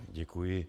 Děkuji.